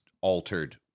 altered